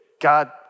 God